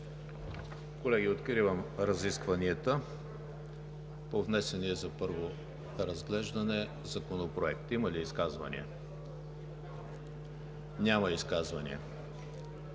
Колеги, откривам разискванията по внесения за първо разглеждане Законопроект. Има ли изказвания? Няма.